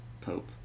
Pope